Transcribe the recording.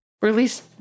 Release